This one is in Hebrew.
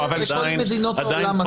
וכל מדינות העולם מצאו?